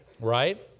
Right